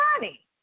money